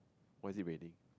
what is it raining